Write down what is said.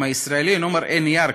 אם הישראלי אינו מראה נייר,